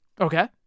Okay